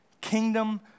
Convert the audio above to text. kingdom